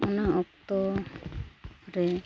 ᱚᱱᱟ ᱚᱠᱛᱚ ᱨᱮ